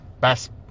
best